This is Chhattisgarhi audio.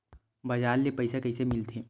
बजार ले पईसा कइसे मिलथे?